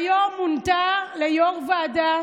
היום מונתה ליו"ר ועדה